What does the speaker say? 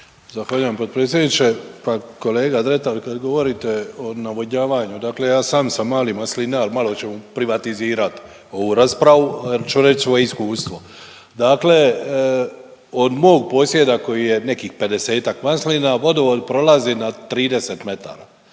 Zahvaljujem potpredsjedniče. Pa kolega Dretar kad govorite o navodnjavanju, dakle ja sam sam mali maslinar, malo ću privatizirat ovu raspravu jel ću reć svoje iskustvo. Dakle, od mog posjeda koji je nekih 50-ak maslina vodovod prolazi na 30 metara